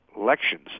elections